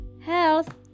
health